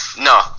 no